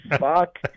fuck